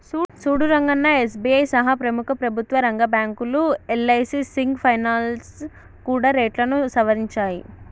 సూడు రంగన్నా ఎస్.బి.ఐ సహా ప్రముఖ ప్రభుత్వ రంగ బ్యాంకులు యల్.ఐ.సి సింగ్ ఫైనాల్స్ కూడా రేట్లను సవరించాయి